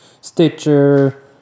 Stitcher